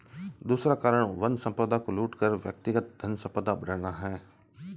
दूसरा कारण वन संपदा को लूट कर व्यक्तिगत धनसंपदा बढ़ाना है